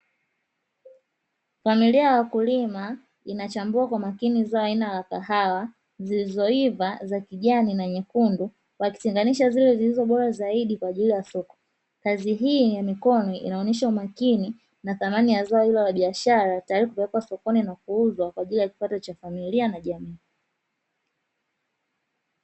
Familia ya wakulima inachambua kwa makini zao aina la kahawa zilizoiva za kijani na nyekundu wakitenganisha zile zilizo bora zaidi kwaajili ya soko; kazi hii ya mikono inaonesha umakini na thamani ya zao hilo la biashara tayari kupelekwa sokoni na kuuzwa kwaajili ya kipato cha familia na jamii.